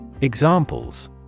Examples